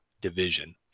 Division